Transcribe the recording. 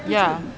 ya